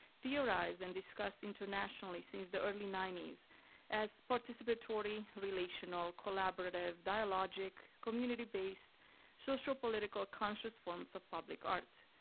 theorized and discussed internationally since the early ninety s as participatory, relational, collaborative, dialogic, community-based, social, political, conscious forms of public art.